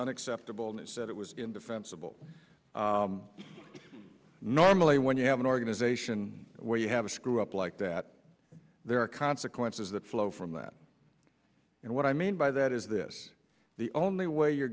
unacceptable and he said it was indefensible normally when you have an organization where you have a screw up like that there are consequences that flow from that and what i mean by that is this the only way you're